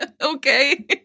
okay